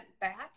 back